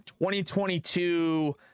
2022